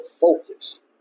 focus